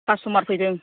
खास्थ'मार फैदों